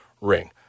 ring